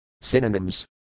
Synonyms